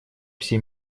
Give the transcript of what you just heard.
все